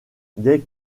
dès